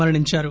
మరణించారు